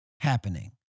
happening